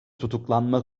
tutuklanma